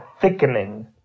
thickening